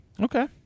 Okay